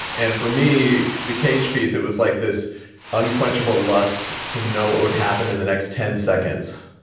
and for me, the cage piece, it was like this unquenchable lust to know what would happen in the next ten seconds.